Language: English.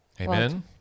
Amen